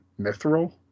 mithril